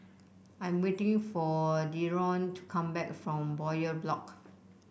I am waiting for Dereon to come back from Bowyer Block